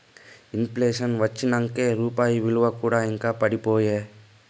in ప్లేషన్ వచ్చినంకే రూపాయి ఇలువ కూడా ఇంకా పడిపాయే